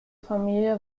familie